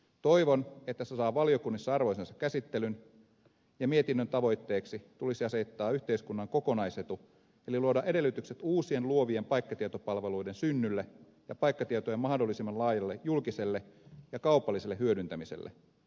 toivon että se saa valiokunnissa arvoisensa käsittelyn ja mietinnön tavoitteeksi tulisi asettaa yhteiskunnan kokonaisetu eli luoda edellytykset uusien luovien paikkatietopalveluiden synnylle ja paikkatietojen mahdollisimman laajalle julkiselle ja kaupalliselle hyödyntämiselle